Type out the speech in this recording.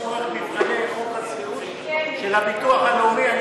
לצורך מבחני חוק הסיעוד של הביטוח הלאומי.